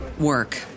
work